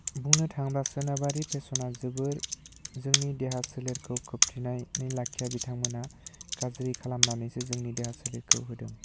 बुंनो थाङोब्ला सोनाबारि फेशनाव जोबोर जोंनि देहा सोलेरखौ खोबथेनानै लाखिया बिथांमोन गाज्रि खालामनानैसो जोंनि देहा सोलेरखौ होदों